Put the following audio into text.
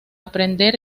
aprender